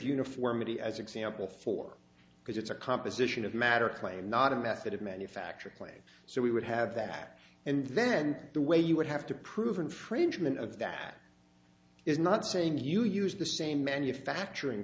uniformity as example for because it's a composition of matter clay not a method of manufacture of clay so we would have that and then the way you would have to prove infringement of that is not saying you use the same manufacturing